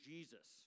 Jesus